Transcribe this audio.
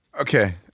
Okay